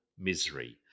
misery